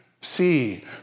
see